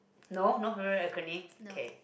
no no favourite acronym okay